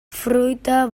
fruita